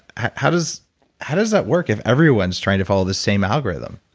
how does how does that work if everyone is trying to follow the same algorithm?